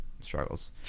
struggles